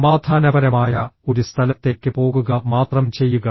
സമാധാനപരമായ ഒരു സ്ഥലത്തേക്ക് പോകുക മാത്രം ചെയ്യുക